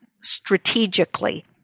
strategically